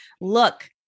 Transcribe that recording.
Look